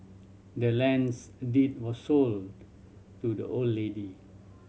the land's deed was sold to the old lady